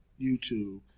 YouTube